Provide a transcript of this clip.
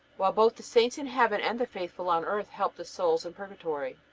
while both the saints in heaven and the faithful on earth help the souls in purgatory.